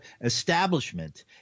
establishment